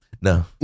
No